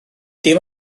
dim